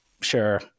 sure